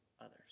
others